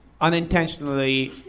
unintentionally